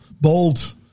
bold